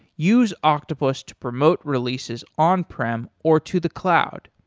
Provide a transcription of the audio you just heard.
use octopus to promote releases on prem or to the cloud.